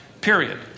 Period